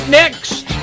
next